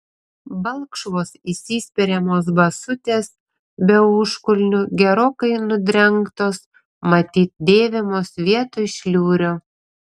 balkšvos įsispiriamos basutės be užkulnių gerokai nudrengtos matyt dėvimos vietoj šliurių